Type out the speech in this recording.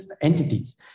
entities